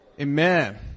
Amen